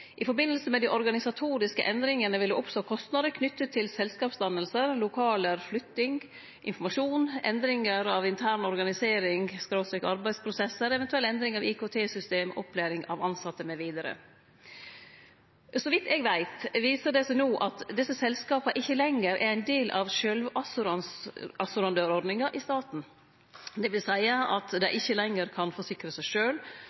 forbindelse med de organisatoriske endringene vil det oppstå kostnader knyttet til selskapsdannelser, lokaler/ flytting, informasjon, endringer av intern organisering/ arbeidsprosesser, eventuell endring av IKT-systemer, opplæring av ansatte mv.» Så vidt eg veit, viser det seg no at desse selskapa ikkje lenger er ein del av sjølvassurandørordninga i staten. Det vil seie at dei ikkje lenger kan forsikre seg